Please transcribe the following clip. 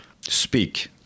speak